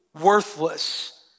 worthless